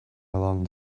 along